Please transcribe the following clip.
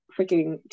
freaking